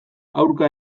aurka